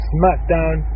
SmackDown